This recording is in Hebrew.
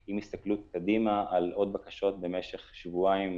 עם הסתכלות קדימה על עוד בקשות במשך שבועיים